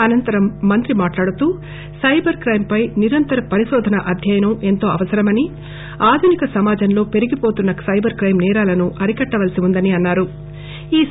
అనంతరం మంత్రి మాట్లాడుతూ సైబర్ కైం పై నిరంతర పరిశోధన అధ్యయనం ఎంతో అవసరమని ఆధునిక సమాజం లో పెరిగివోతున్న సైబర్ క్లెం నేరాలను అరికట్టవలసి ఉందని మంత్రి అన్నారు